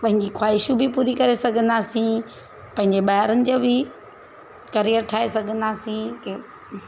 पंहिंजी ख़्वाहिशूं बि पूरी करे सघंदासी पंहिंजे ॿारनि जो बि करियर ठाहे सघंदासीं